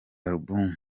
album